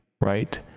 right